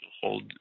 hold